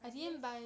I gave